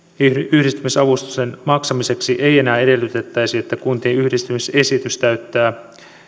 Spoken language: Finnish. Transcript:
yhdistymisavustuksen maksamiseksi ei enää edellytettäisi että kuntien yhdistymisesitys täyttää